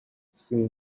seen